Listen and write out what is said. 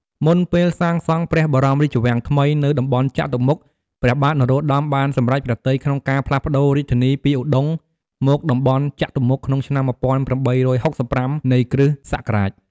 មុនពេលសាងសង់ព្រះបរមរាជវាំងថ្មីនៅតំបន់ចតុមុខ ព្រះបាទ នរោត្តម បានសម្រេចព្រះទ័យក្នុង ការផ្លាសប្ដូររាជធានីពីឧដុង្គ មកតំបន់ចតុមុខក្នុងឆ្នាំ ១៨៦៥ នៃគ.សករាជ។